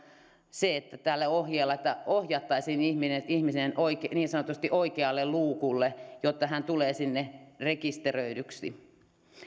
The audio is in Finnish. se että tällä ohjeella ohjattaisiin ihminen niin sanotusti oikealle luukulle jotta hän tulee sinne rekisteröidyksi